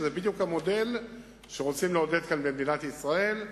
שזה בדיוק המודל שרוצים לעודד כאן במדינת ישראל,